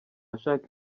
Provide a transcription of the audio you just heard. ashaka